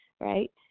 right